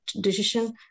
decision